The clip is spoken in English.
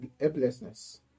helplessness